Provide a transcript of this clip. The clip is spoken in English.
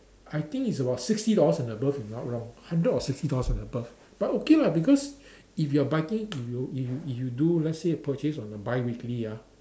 I think it's about sixty dollars and above if I'm not wrong hundred or sixty dollars and above but okay lah because if you are if you if you if you do let's say purchase on a biweekly ah